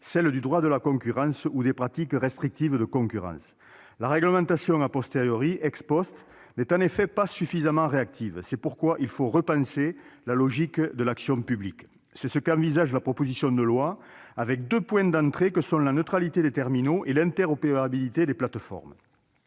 celle du droit de la concurrence ou des pratiques restrictives de concurrence. La réglementation,, n'est en effet pas suffisamment réactive. C'est pourquoi il faut repenser la logique de l'action publique. C'est ce qui est envisagé dans la proposition de loi, avec deux points d'entrée que sont la neutralité des terminaux et l'interopérabilité des plateformes.